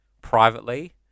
privately